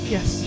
Yes